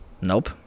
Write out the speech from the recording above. Nope